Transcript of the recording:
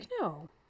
no